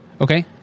Okay